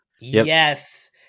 Yes